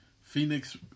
Phoenix